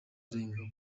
arenga